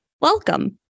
Welcome